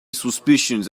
suspicions